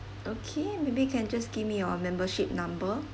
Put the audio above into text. okay maybe you can just give me your membership number